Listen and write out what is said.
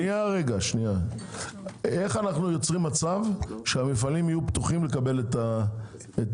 איך אנו יוצרים מצב שהמפעלים יהיו פתוחים לקבל את המשאיות?